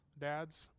Dads